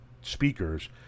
speakers